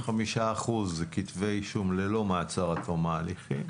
תוסיף 25% כתבי אישום ללא מעצר עד תום ההליכים,